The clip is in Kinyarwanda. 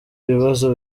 ibibazo